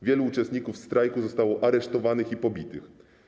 Wielu uczestników strajku zostało aresztowanych i pobitych.